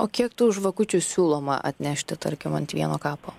o kiek tų žvakučių siūloma atnešti tarkim ant vieno kapo